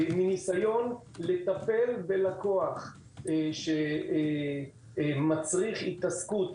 ניסיון לטפל בלקוח שמצריך התעסקות,